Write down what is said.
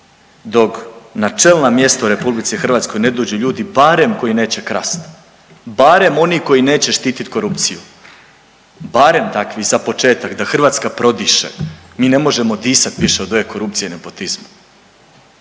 dok na čelna mjesta u RH ne dođu ljudi barem koji neće krast, barem oni koji neće štit korupciju, barem takvi za početak, da Hrvatska prodiše. Mi ne možemo disat više od ove korupcije i nepotizma